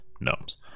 gnomes